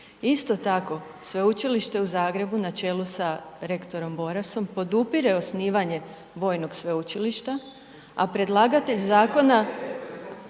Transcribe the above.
Isto tako, Sveučilište u Zagrebu na čelu sa rektorom Borasom, podupire osnivanje vojnog sveučilišta a predlagatelj zakona